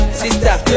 sister